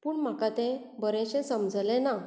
पूण म्हाका तें बरेंशें समजलें ना